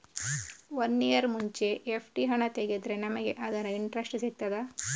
One year ಮುಂಚೆ FD ಹಣ ತೆಗೆದ್ರೆ ನಮಗೆ ಅದರ ಇಂಟ್ರೆಸ್ಟ್ ಸಿಗ್ತದ?